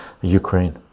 ukraine